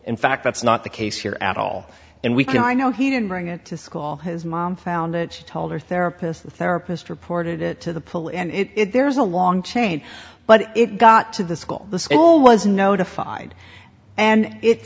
in fact that's not the case here at all and we can i know he didn't bring it to school his mom found it she told her therapist the therapist reported it to the police it there's a long chain but it got to the school the school was notified and it